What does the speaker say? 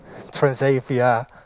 Transavia